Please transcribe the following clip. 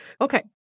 Okay